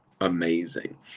amazing